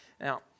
Now